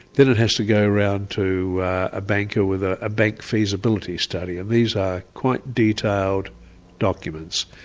then it has to go around to a banker with ah a bank feasibility study, and these are quite detailed documents.